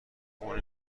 اون